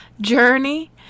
journey